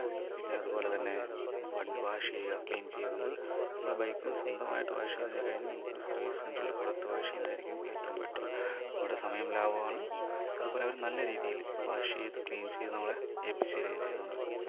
പിന്നെ അത്പോലെ തന്നെ വണ്ടി വാഷ് ചെയ്യാൻ ക്ലീൻ ചെയ്യാൻ നമ്മൾ നമ്മൾ ബൈക്ക് സ്വന്തമായിട്ട് വാഷ് ചെയ്യുന്നതിനെ കഴിഞ്ഞ് നമുക്ക് സർവീസ് സെൻ്ററിൽ കൊടുത്ത് വാഷ് ചെയ്യുന്നതായിരിക്കും ഏറ്റവും ബെറ്ററ് നമ്മുടെ സമയം ലാഭമാണ് അത്പോലെ അവർ നല്ല രീതിയിൽ വാഷ് ചെയ്ത് ക്ലീൻ ചെയ്ത് നമ്മളെ ഏൽപ്പിച്ച് തരേം ചെയ്യുന്നുണ്ട്